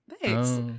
thanks